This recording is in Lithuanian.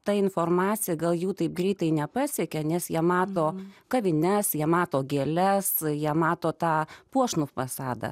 ta informacija gal jų taip greitai nepasiekė nes jie mato kavines jie mato gėles jie mato tą puošnų fasadą